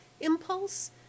impulse